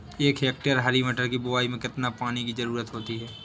एक हेक्टेयर हरी मटर की बुवाई में कितनी पानी की ज़रुरत होती है?